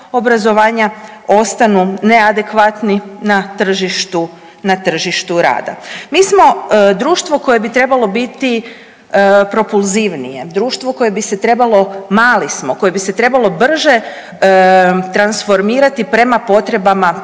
obrazovanja ostanu neadekvatni na tržištu, na tržištu rada. Mi smo društvo koje bi trebalo biti propulzivnije, društvo koje bi se trebalo, mali smo, koje bi se trebalo brže transformirati prema potrebama